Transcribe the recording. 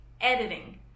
editing